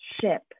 ship